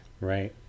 Right